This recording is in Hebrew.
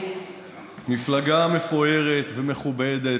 מפלגה מפוארת ומכובדת,